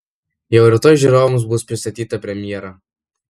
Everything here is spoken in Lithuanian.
jau rytoj žiūrovams bus pristatyta premjera